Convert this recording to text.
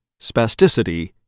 spasticity